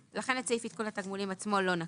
לכן את סעיף עדכון התגמולים עצמו לא נקריא,